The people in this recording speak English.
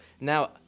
Now